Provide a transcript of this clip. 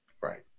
Right